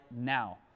now